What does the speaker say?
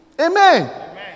Amen